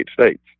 states